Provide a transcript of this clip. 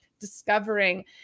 discovering